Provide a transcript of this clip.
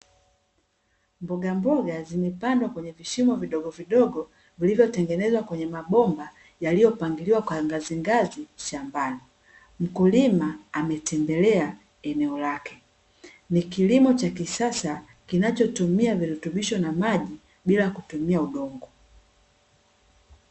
Mboga mboga zimepandwa kwenye vishimo vidogovidogo vilivyotengenezwa kwenye mabomba yaliyopangiliwa kwa ngazingazi shambani. Mkulima ametembelea eneo lake. Ni kilimo cha kisasa kinachotumia virutubisho na maji bila kutumia udongo.